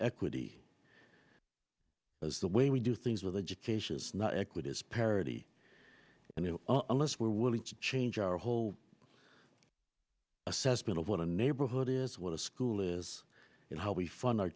equity as the way we do things with education is not equities parity and unless we're willing to change our whole assessment of what a neighborhood is what a school is and how we fund our